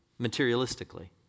materialistically